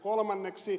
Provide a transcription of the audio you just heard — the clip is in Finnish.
kolmanneksi